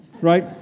right